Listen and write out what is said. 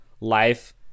life